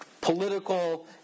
political